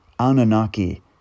Anunnaki